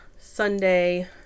Sunday